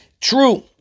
True